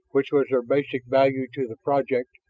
which was their basic value to the project,